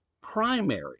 primary